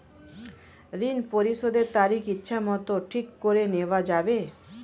ঋণ পরিশোধের তারিখ ইচ্ছামত ঠিক করে নেওয়া যাবে?